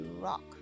rock